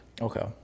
Okay